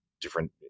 different